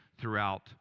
throughout